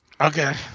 Okay